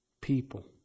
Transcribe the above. people